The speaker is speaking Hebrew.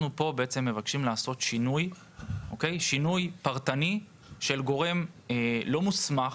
בהצעה הזאת אנחנו בעצם מבקשים לעשות שינוי פרטני של גורם לא מוסמך,